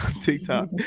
TikTok